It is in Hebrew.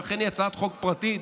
שאכן היא הצעת חוק פרטית,